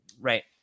Right